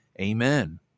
amen